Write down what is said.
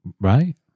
Right